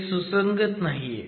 हे सुसंगत नाहीये